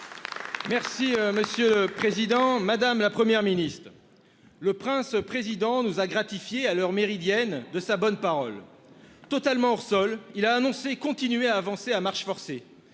Ma question s'adresse à Mme la Première ministre. Le prince-président nous a gratifiés à l'heure méridienne de sa bonne parole. Totalement hors-sol, il a annoncé continuer à avancer à marche forcée.